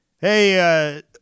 hey